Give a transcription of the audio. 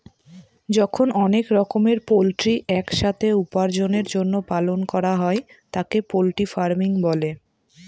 যখন অনেক রকমের পোল্ট্রি এক সাথে উপার্জনের জন্য পালন করা হয় তাকে পোল্ট্রি ফার্মিং বলে